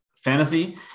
fantasy